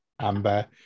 Amber